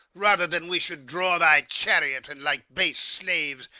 rather than we should draw thy chariot, and, like base slaves,